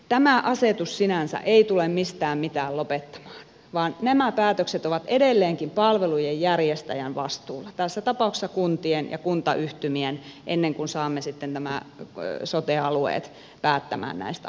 tämä asetus sinänsä ei tule mistään mitään lopettamaan vaan nämä päätökset ovat edelleenkin palvelujen järjestäjän vastuulla tässä tapauksessa kuntien ja kuntayhtymien ennen kuin saamme sitten nämä sote alueet päättämään näistä asioista